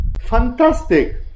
Fantastic